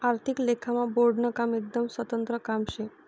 आर्थिक लेखामा बोर्डनं काम एकदम स्वतंत्र काम शे